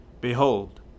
Behold